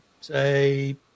say